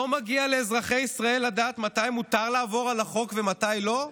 לא מגיע לאזרחי ישראל לדעת מתי מותר לעבור על החוק ומתי לא?